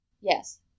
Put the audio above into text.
Yes